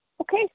Okay